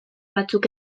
batzuk